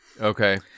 Okay